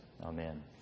Amen